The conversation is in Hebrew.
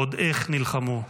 עוד איך נלחמו.